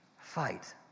Fight